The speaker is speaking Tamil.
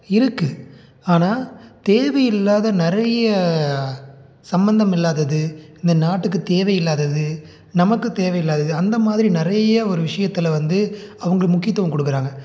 இருக்குது ஆனால் தேவையில்லாத நிறைய சம்பந்தம் இல்லாதது இந்த நாட்டுக்கு தேவையில்லாதது நமக்கு தேவையில்லாதது அந்த மாதிரி நிறைய ஒரு விஷயத்துல வந்து அவங்க முக்கியத்துவம் கொடுக்குறாங்க